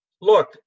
look